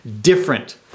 different